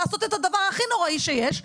לעשות את הדבר הכי נוראי שיש,